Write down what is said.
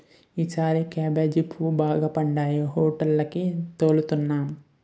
ఈసారి కేబేజీ పువ్వులు బాగా పండాయి హోటేలికి తోలుతన్నాం